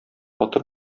батыр